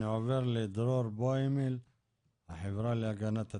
אני עובר לדרור בוימל מהחברה להגנת הטבע.